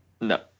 No